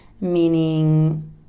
meaning